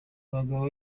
abagabo